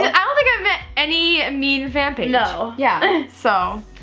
i don't think i've met any mean fan page. no. yeah so,